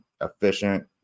Efficient